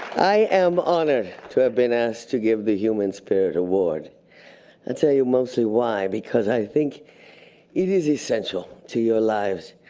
i am honored to have been asked to give the human spirit award. i tell you mostly why. because i think it is essential to your lives.